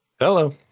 hello